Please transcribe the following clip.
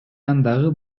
андагы